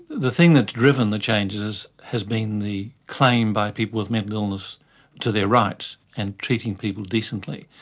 the thing that has driven the changes has been the claim by people with mental illness to their rights, and treating people decently.